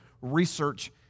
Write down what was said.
research